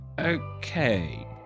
Okay